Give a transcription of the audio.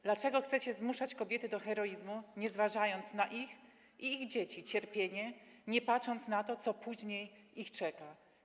Dlaczego chcecie zmuszać kobiety do heroizmu, nie zważając na ich i ich dzieci cierpienie, nie patrząc na to, co później ich czeka?